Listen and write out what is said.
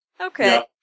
Okay